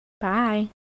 Bye